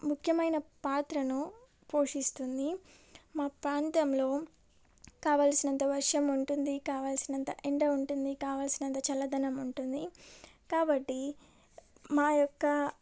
ముఖ్యమైన పాత్రను పోషిస్తుంది మా ప్రాంతంలో కావలసినంత వర్షం ఉంటుంది కావలసినంత ఎండ ఉంటుంది కావలసినంత చల్లదనం ఉంటుంది కాబట్టి మా యొక్క